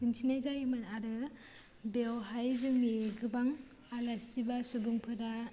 दिन्थिनाय जायोमोन आरो बेवहाय जोंनि गोबां आलासि बा सुबुंफोरा